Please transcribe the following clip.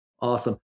Awesome